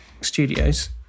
Studios